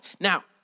Now